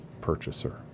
purchaser